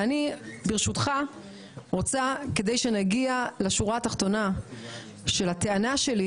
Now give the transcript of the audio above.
ואני ברשותך רוצה כדי שנגיע לשורה התחתונה של הטענה שלי,